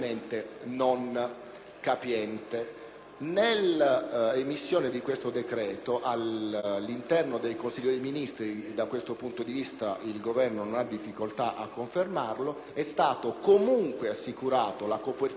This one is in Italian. capiente. Nell'emanazione di tale decreto, in sede di Consiglio dei ministri (da questo punto di vista il Governo non ha difficoltà a confermarlo), è stata comunque assicurata la copertura degli oneri